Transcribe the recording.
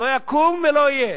לא יקום ולא יהיה.